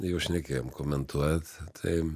jau šnekėjom komentuojat tai